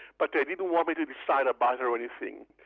but they didn't want me to decide about her or anything.